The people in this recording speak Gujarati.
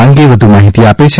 આ અંગે વધુ માહીતી આપે છે